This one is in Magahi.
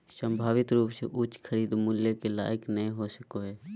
संभावित रूप से उच्च खरीद मूल्य के लायक नय हो सको हइ